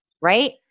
right